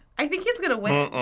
i think he's gonna win.